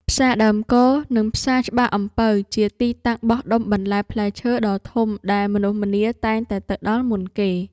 ផ្សារដើមគរ និងផ្សារច្បារអំពៅ ជាទីតាំងបោះដុំបន្លែផ្លែឈើដ៏ធំដែលមនុស្សម្នាតែងតែទៅដល់មុនគេ។